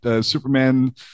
superman